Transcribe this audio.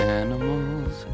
animals